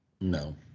No